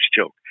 joke